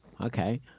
Okay